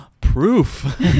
proof